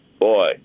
boy